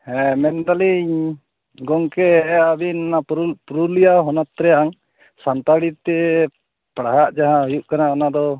ᱦᱮᱸ ᱢᱮᱱᱮᱫᱟᱞᱤᱧ ᱜᱚᱝᱠᱮ ᱟᱹᱵᱤᱱ ᱚᱱᱟ ᱯᱩᱨᱩ ᱯᱩᱨᱩᱞᱤᱭᱟᱹ ᱦᱚᱱᱚᱛ ᱨᱮᱭᱟᱝ ᱥᱟᱱᱛᱟᱲᱤ ᱛᱮ ᱯᱟᱲᱦᱟᱜ ᱡᱟᱦᱟᱸ ᱦᱩᱭᱩᱜ ᱠᱟᱱᱟ ᱚᱱᱟ ᱫᱚ